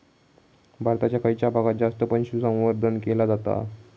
भारताच्या खयच्या भागात जास्त पशुसंवर्धन केला जाता?